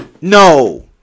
no